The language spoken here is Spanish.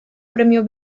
premio